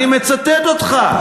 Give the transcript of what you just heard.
אני מצטט אותך.